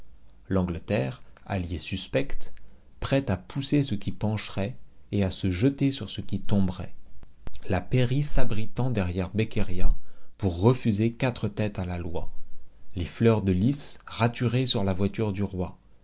l'angleterre alliée suspecte prête à pousser ce qui pencherait et à se jeter sur ce qui tomberait la pairie s'abritant derrière beccaria pour refuser quatre têtes à la loi les fleurs de lys raturées sur la voiture du roi